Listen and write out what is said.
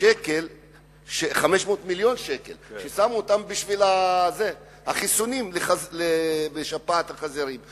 שקל ששמו בשביל החיסונים לשפעת החזירים.